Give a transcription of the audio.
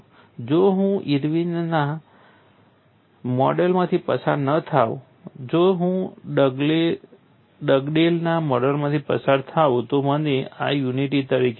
જો હું ઇર્વિનના મોડેલમાંથી પસાર ન થાઉં જો હું ડગડેલના મોડેલમાંથી પસાર થાઉં તો મને આ યુનિટી તરીકે મળે છે